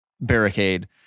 barricade